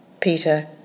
Peter